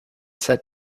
said